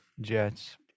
Jets